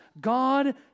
God